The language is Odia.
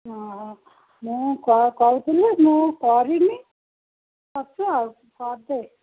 ହଁ ମୁଁ କ'ଣ କହୁଥିଲି ମୁଁ କରିନାହିଁ ଅଛି ଆଉ କରିଦେବି